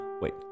Wait